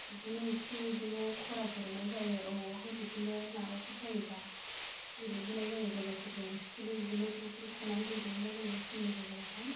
बिदिनो इसे बिदिनो खरा गेलेनाय जायो बबेयावबाफोर बिदिनो माबाफोर जायोबा गेलेहैनाय जायो लोगोफोरजों स्कुलै बिदिनो ग्रुप ग्रुप थांनानै गेलेहैनाय जायो समनि गेजेरावहाय